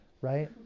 right